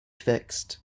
fixed